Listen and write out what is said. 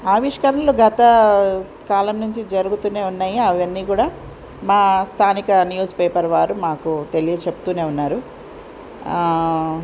ఆవిష్కరణలు గత కాలం నుంచి జరుగుతూనే ఉన్నాయి అవన్నీ కూడా మా స్థానిక న్యూస్పేపర్ వారు మాకు తెలియ చెప్తూనే ఉన్నారు